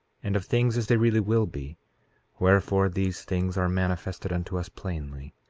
and of things as they really will be wherefore, these things are manifested unto us plainly,